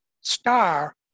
star